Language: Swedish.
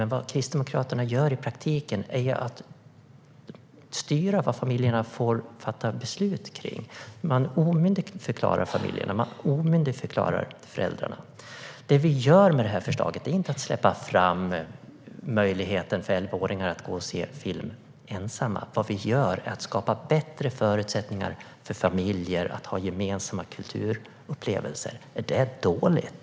Men vad Kristdemokraterna gör i praktiken är att styra vad familjerna får fatta beslut om. Man omyndigförklarar familjer och föräldrar. Det vi gör med det här förslaget är inte att släppa fram möjligheten för elvaåringar att se film ensamma. Vi skapar bättre förutsättningar för familjer att ha gemensamma kulturupplevelser. Är det dåligt?